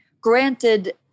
granted